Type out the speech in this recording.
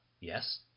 Yes